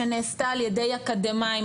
שנעשתה על ידי אקדמאיים,